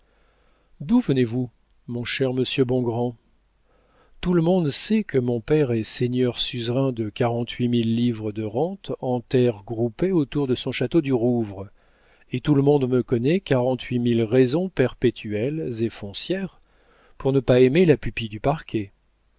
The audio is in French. d'où venez-vous mon cher monsieur bongrand tout le monde sait que mon père est seigneur suzerain de quarante-huit mille livres de rente en terres groupées autour de son château du rouvre et tout le monde me connaît quarante-huit mille raisons perpétuelles et foncières pour ne pas aimer la pupille du parquet